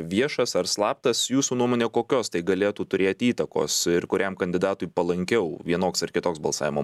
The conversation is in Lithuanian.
viešas ar slaptas jūsų nuomone kokios tai galėtų turėti įtakos ir kuriam kandidatui palankiau vienoks ar kitoks balsavimo